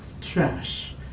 trash